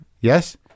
Yes